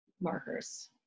markers